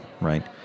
right